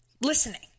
listening